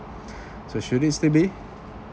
so should it still be